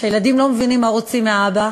כשהילדים לא מבינים מה רוצים מאבא,